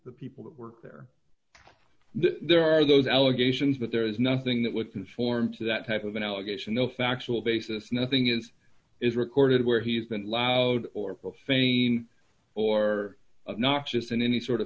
the people who work there there are those allegations that there is nothing that would conform to that type of an allegation no factual basis nothing is is recorded where he's been loud or profane or noxious in any sort of